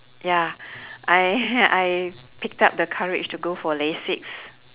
ya I I picked up the courage to go for lasik